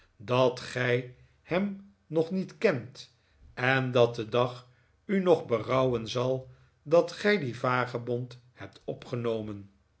dat gij hem nog niet kent en dat de dag u nog berouwen zal dat gij dien vagebond hebt opgenomen